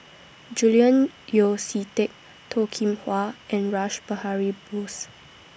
Julian Yeo See Teck Toh Kim Hwa and Rash Behari Bose